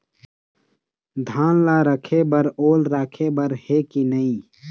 धान ला रखे बर ओल राखे बर हे कि नई?